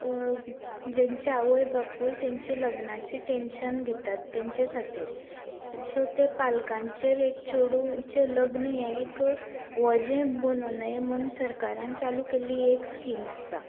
जेचें आवय बापूय तेंचे लग्नाचे टेंशन घेतात तेंचे खातीर सो तें पालकाचेर एक चेडूचे लग्न हें एक वजे बनु नयें म्हण सरकारान चालू केल्ली ही एक स्किम आसा